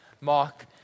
Mark